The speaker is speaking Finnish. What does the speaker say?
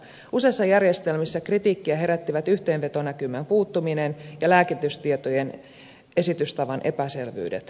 useissa järjestelmissä kritiikkiä herättivät yhteenvetonäkymän puuttuminen ja lääkitystietojen esitystavan epäselvyydet